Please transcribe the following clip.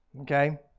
Okay